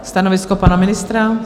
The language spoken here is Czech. Stanovisko pana ministra?